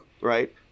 right